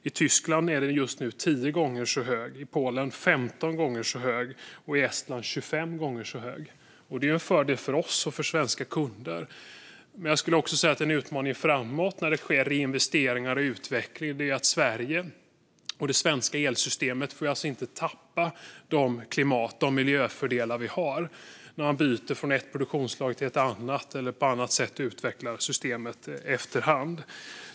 I Tyskland är det just nu 10 gånger så högt, i Polen 15 gånger så högt och i Estland 25 gånger så högt. Det är en fördel för oss och för svenska kunder. Men jag skulle också säga att det innebär en utmaning framöver. Sverige och det svenska elsystemet får inte tappa de klimat och miljöfördelar vi har när det sker reinvesteringar och utveckling och när man byter från ett produktionsslag till ett annat eller på annat sätt utvecklar systemet efter hand.